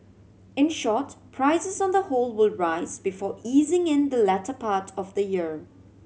in short prices on the whole will rise before easing in the latter part of the year